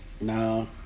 No